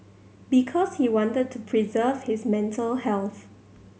because he wanted to preserve his mental health